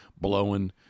blowing